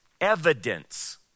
evidence